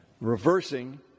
reversing